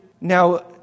now